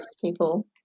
people